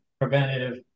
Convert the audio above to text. preventative